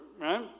right